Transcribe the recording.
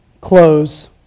close